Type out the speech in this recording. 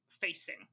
facing